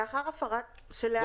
תתקנו את הנוסח.